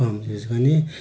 कम use गर्ने